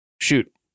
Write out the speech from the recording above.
Shoot